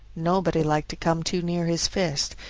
nobody liked to come too near his fist,